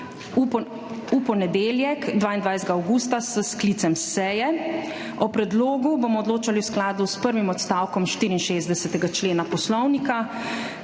v ponedeljek, 22. avgusta, s sklicem seje. O predlogu bomo odločali v skladu s prvim odstavkom 64. člena Poslovnika.